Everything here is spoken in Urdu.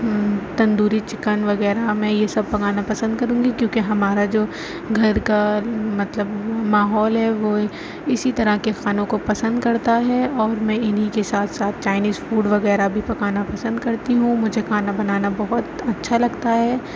تندوری چکن وغیرہ میں یہ سب پکانا پسند کروں گی کیوں کہ ہمارا جو گھر کا مطلب ماحول ہے وہ اسی طرح کے کھانوں کو پسند کرتا ہے اور میں انہیں کے ساتھ ساتھ چائنیز فوڈ وغیرہ بھی پکانا پسند کرتی ہوں مجھے کھانا بنانا بہت اچھا لگتا ہے